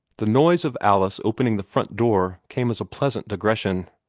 the noise of alice opening the front door came as a pleasant digression.